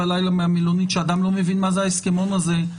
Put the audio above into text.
בלילה מהמלונית שאדם לא מבין מה זה ההסכמון הזה,